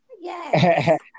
Yes